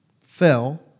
fell